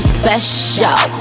special